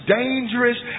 dangerous